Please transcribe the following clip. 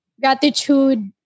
Gratitude